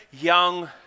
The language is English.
young